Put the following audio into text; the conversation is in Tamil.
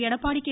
எடப்பாடி கே